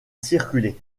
circuler